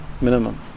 minimum